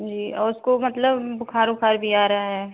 जी और उसको मतलब बुख़ार उख़ार भी आ रहा है